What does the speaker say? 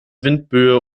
windböe